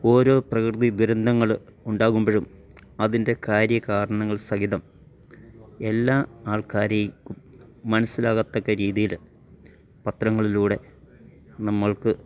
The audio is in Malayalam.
ഓരോ പ്രകൃതി ദുരന്തങ്ങള് ഉണ്ടാകുമ്പോഴും അതിൻ്റെ കാര്യ കാരണങ്ങൾ സഹിതം എല്ലാ ആൾക്കാര്ക്കും മനസിലാകത്തക്ക രീതിയില് പത്രങ്ങളിലൂടെ നമ്മൾക്ക്